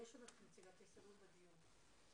יש לנו את נציגת ההסתדרות ב-זום.